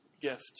gift